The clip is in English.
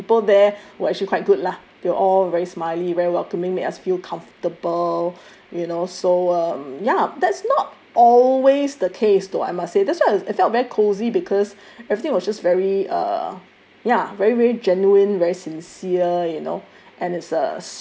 I mean the people there were actually quite good lah they all very smiley very welcoming me I feel comfortable you know so uh yup that's not always the case though I must say that's why I felt very cozy because everything was just very uh ya very very genuine very sincere you know